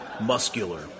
Muscular